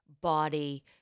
body